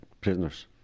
prisoners